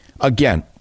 Again